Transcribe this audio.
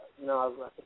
No